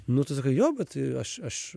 nu tu sakai jo bet tai aš aš